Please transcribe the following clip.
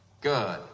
Good